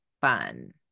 fun